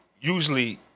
usually